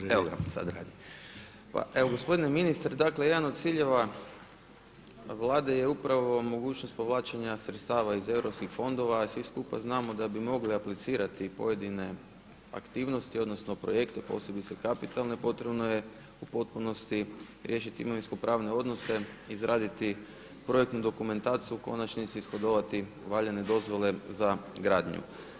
Evo gospodine ministre dakle jedan od ciljeva Vlade je upravo mogućnost povlačenja sredstava iz europskih fondova jer svi skupa znamo da bi mogli aplicirati pojedine aktivnosti odnosno projekte posebice kapitalne potrebno je u potpunosti riješiti imovinskopravne odnose, izraditi projektnu dokumentaciju u konačnici ishodovati valjanje dozvole za gradnju.